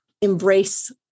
embrace